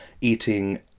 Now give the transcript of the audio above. eating